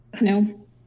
No